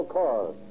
cars